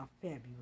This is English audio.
February